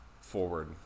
forward